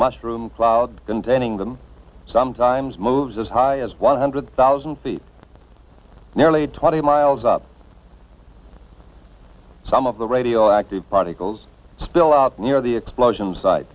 mushroom cloud containing them sometimes moves as high as one hundred thousand feet nearly twenty miles up some of the radioactive particles still out near the explosions site